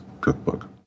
cookbook